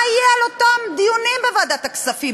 מה יהיה על אותם דיונים בוועדת הכספים?